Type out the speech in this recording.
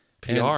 PR